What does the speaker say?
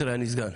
אני סגן,